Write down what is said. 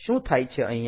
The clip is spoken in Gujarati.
શું થાય છે અહીંયા